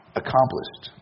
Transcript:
accomplished